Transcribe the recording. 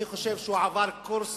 אני חושב שהוא עבר קורס